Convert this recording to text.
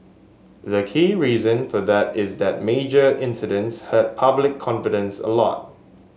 the key reason for that is that major incidents hurt public confidence a lot